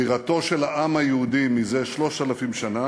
בירתו של העם היהודי זה 3,000 שנה,